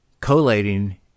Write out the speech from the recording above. Collating